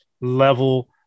level